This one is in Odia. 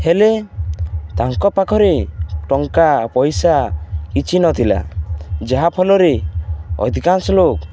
ହେଲେ ତାଙ୍କ ପାଖରେ ଟଙ୍କା ପଇସା କିଛି ନଥିଲା ଯାହାଫଳରେ ଅଧିକାଂଶ ଲୋକ